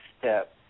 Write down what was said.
step